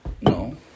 No